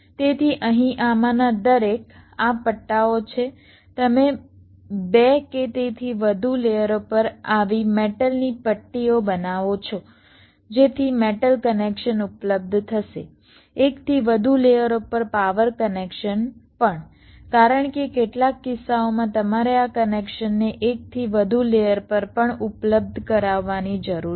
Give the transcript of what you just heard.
તેથી અહીં આમાંના દરેક આ પટ્ટાઓ છે તમે બે કે તેથી વધુ લેયરો પર આવી મેટલની પટ્ટીઓ બનાવો છો જેથી મેટલ કનેક્શન ઉપલબ્ધ થશે એકથી વધુ લેયરો પર પાવર કનેક્શન પણ કારણ કે કેટલાક કિસ્સાઓમાં તમારે આ કનેક્શનને એકથી વધુ લેયર પર પણ ઉપલબ્ધ કરાવવાની જરૂર છે